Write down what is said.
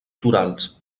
torals